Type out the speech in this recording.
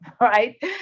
Right